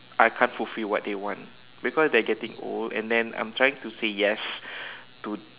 I can't fulfil what they want because they are getting old and then I'm trying to say yes to